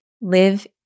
live